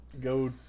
go